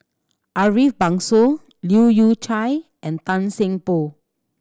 Ariff Bongso Leu Yew Chye and Tan Seng Poh